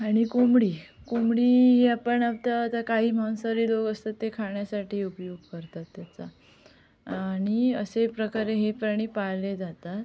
आणि कोंबडी कोंबडी ही आपण आत्ता तर काही मांसाहारी लोक असतात ते खाण्यासाठी उपयोग करतात त्याचा आणि असे प्रकारे हे प्राणी पाळले जातात